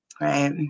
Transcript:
Right